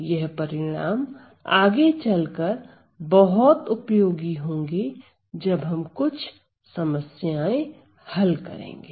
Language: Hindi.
यह परिणाम आगे चलकर बहुत उपयोगी होंगे जब हम कुछ समस्याएं हल करेंगे